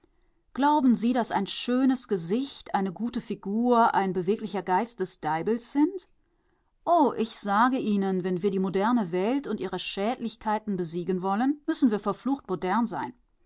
glauben sie daß ein schönes gesicht eine gute figur ein beweglicher geist des deibels sind oh ich sage ihnen wenn wir die moderne welt und ihre schädlichkeiten besiegen wollen müssen wir verflucht modern sein